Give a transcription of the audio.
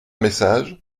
message